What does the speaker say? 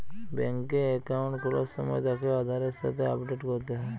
বেংকে একাউন্ট খোলার সময় তাকে আধারের সাথে আপডেট করতে হয়